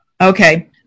Okay